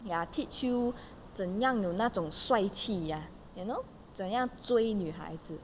ya teach you 怎样有那种帅气 ya you know 怎样追女孩子